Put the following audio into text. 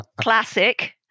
Classic